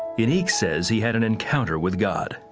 unique says he had an encounter with god.